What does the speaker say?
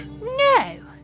no